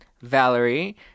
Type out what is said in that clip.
Valerie